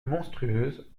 monstrueuse